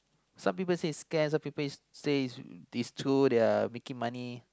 some people say scam some people is say is is true they're making money